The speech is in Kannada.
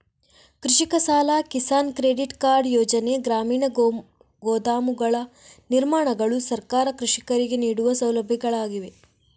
ಕೃಷಿಕ ಸಾಲ, ಕಿಸಾನ್ ಕ್ರೆಡಿಟ್ ಕಾರ್ಡ್ ಯೋಜನೆ, ಗ್ರಾಮೀಣ ಗೋದಾಮುಗಳ ನಿರ್ಮಾಣಗಳು ಸರ್ಕಾರ ಕೃಷಿಕರಿಗೆ ನೀಡುವ ಸೌಲಭ್ಯಗಳಾಗಿವೆ